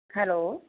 hello